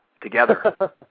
together